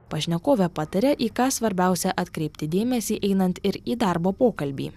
pašnekovė pataria į ką svarbiausia atkreipti dėmesį einant ir į darbo pokalbį